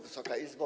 Wysoka Izbo!